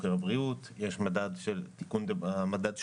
יש עדכון של מדד יוקר הבריאות,